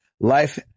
Life